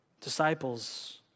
disciples